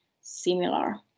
similar